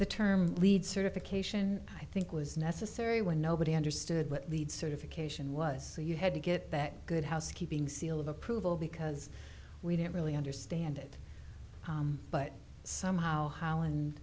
the term leed certification i think was necessary when nobody understood what lead certification was so you had to get that good housekeeping seal of approval because we didn't really understand it but somehow holland